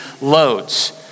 loads